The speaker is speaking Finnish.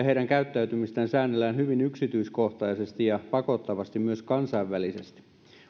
heidän käyttäytymistään säännellään hyvin yksityiskohtaisesti ja pakottavasti myös kansainvälisesti